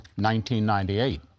1998